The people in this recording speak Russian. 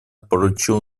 поручил